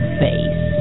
face